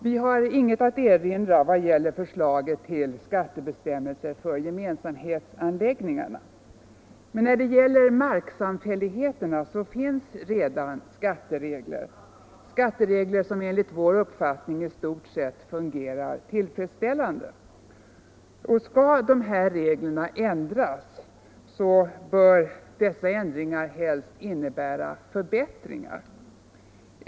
Vi har inget att erinra i vad gäller förslaget till skattebestämmelser för gemensamhetsanläggningarna. När det gäller marksamfälligheterna finns redan skatteregler som enligt vår uppfattning i stort sett fungerar tillfredsställande. Skall dessa regler ändras bör ändringarna innebära förbättringar.